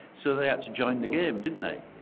so they had to join the game didn't they?